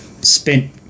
spent